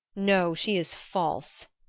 no, she is false!